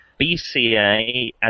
BCA